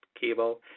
cable